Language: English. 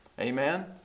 Amen